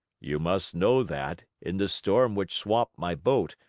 you must know that, in the storm which swamped my boat,